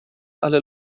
alle